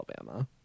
Alabama